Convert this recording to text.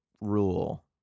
rule